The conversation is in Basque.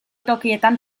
tokietan